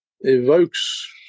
evokes